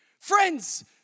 Friends